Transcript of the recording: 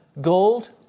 gold